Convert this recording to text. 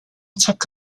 took